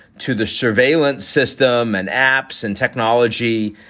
to the surveillance system and apps and technology.